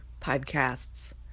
podcasts